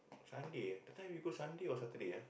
Sunday that time we go Sunday or Saturday ah